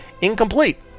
Incomplete